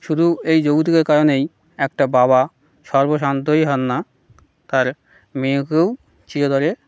শুধু এই যৌতুকের কারণেই একটা বাবা সর্বস্বান্তই হন না তার মেয়েকেও চিরতরে